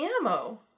ammo